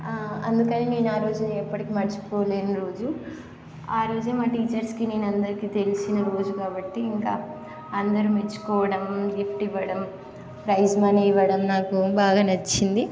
అందుకని నేను ఆ రోజుని నేను ఎప్పటికీ మరచిపోలేని రోజు ఆ రోజే మా టీచర్స్కి నేను అందరికీ తెలిసిన రోజు కాబట్టి ఇంకా అందరూ మెచ్చుకోవడం గిఫ్ట్ ఇవ్వడం ప్రైజ్ మనీ ఇవ్వడం నాకు బాగా నచ్చింది